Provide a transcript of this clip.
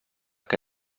què